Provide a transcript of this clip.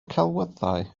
celwyddau